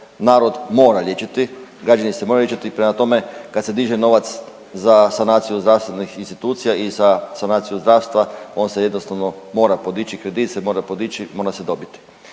narod mora liječiti, građani se moraju liječiti, prema tome kad se diže novac za sanaciju zdravstvenih institucija i za sanaciju zdravstva on se jednostavno mora podići, kredit se mora podići, mora se dobiti.